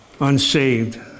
unsaved